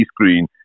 screen